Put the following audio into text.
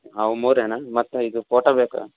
ಅವು ಮೂರೆನಾ ಮತ್ತೆ ಇದು ಫೋಟೋ ಬೇಕಾ